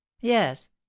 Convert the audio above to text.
Yes